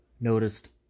Noticed